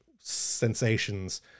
sensations